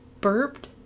burped